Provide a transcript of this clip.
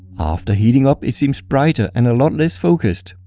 after heating up, it seems brighter and a lot less focused.